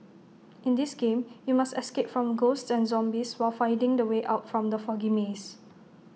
in this game you must escape from ghosts and zombies while finding the way out from the foggy maze